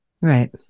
right